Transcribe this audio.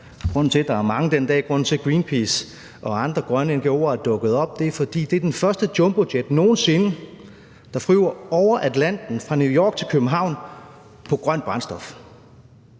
grunden til, at der er mange den dag, og grunden til, at Greenpeace og andre grønne ngo'er er dukket op, er, at det er den første jumbojet nogen sinde, der flyver over Atlanten fra New York til København – på grønt brændstof.